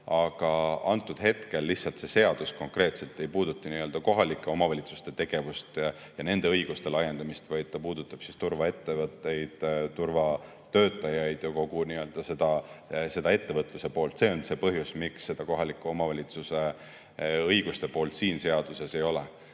Aga hetkel lihtsalt see seadus konkreetselt ei puuduta kohalike omavalitsuste tegevust ja nende õiguste laiendamist. See puudutab turvaettevõtteid, turvatöötajaid ja kogu nii-öelda seda ettevõtluse poolt. See on põhjus, miks seda kohaliku omavalitsuse õiguste poolt siin seaduses ei ole.